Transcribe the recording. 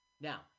Now